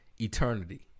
eternity